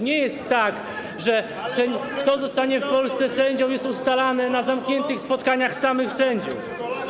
Nie jest tak, że to, kto zostanie w Polsce sędzią, jest ustalane na zamkniętych spotkaniach samych sędziów.